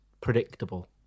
predictable